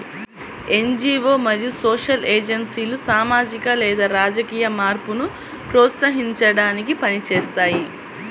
NGO మరియు social ఏజెన్సీలు సామాజిక లేదా రాజకీయ మార్పును ప్రోత్సహించడానికి పని చేస్తాయి